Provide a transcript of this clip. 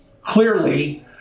Clearly